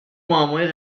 معمای